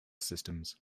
systems